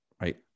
right